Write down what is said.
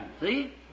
See